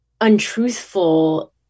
untruthful